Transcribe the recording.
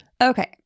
Okay